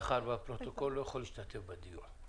מאחר שהפרוטוקול לא יכול להשתתף בדיון,